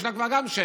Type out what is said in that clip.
יש לה כבר שם,